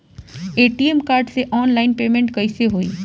ATM card से online payment कैसे होई?